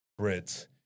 Brits